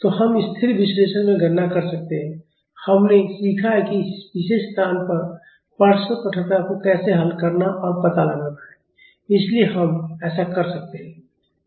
तो हम स्थिर विश्लेषण में गणना कर सकते हैं हमने सीखा है कि इस विशेष स्थान पर पार्श्व कठोरता को कैसे हल करना और पता लगाना है इसलिए हम ऐसा कर सकते हैं